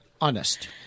honest